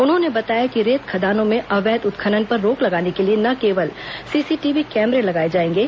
उन्होंने बताया कि रेत खदानों में अवैध उत्खनन पर रोक लगाने के लिए न केवल सीसीटीवी कैमरे लगाए जाएंगे